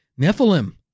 Nephilim